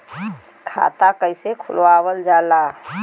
खाता कइसे खुलावल जाला?